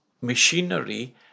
machinery